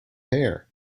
hair